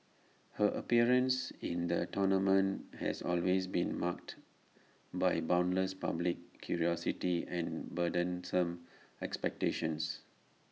her appearance in the tournament has always been marked by boundless public curiosity and burdensome expectations